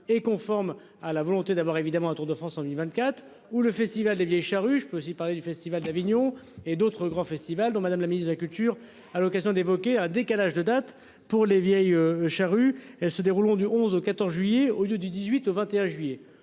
et conforme à la volonté d'avoir évidemment un Tour de France 24 ou le festival des Vieilles Charrues. Je peux aussi parler du festival d'Avignon et d'autres grands festivals dont Madame, la ministre de la culture à l'occasion d'évoquer un décalage de date pour les Vieilles Charrues. Elles se dérouleront du 11 au 14 juillet au lieu du 18 au 21 juillet.